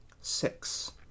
Six